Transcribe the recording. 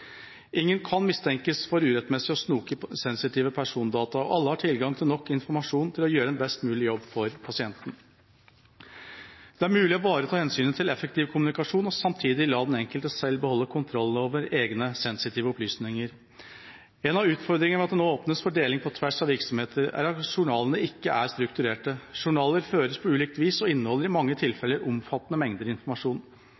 Ingen kan mistenkes for urettmessig å snoke i sensitive persondata, og alle har tilgang til nok informasjon til å gjøre en best mulig jobb for pasienten. Det er mulig å ivareta hensynet til effektiv kommunikasjon og samtidig la den enkelte selv beholde kontrollen over egne sensitive opplysninger. En av utfordringene ved at det nå åpnes for deling på tvers av virksomheter, er at journalene ikke er strukturerte. Journaler føres på ulikt vis og inneholder i mange